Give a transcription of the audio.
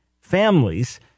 Families